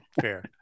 fair